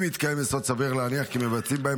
אם מתקיים יסוד סביר להניח כי מבצעים בהם